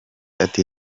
ati